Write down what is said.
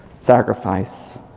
Sacrifice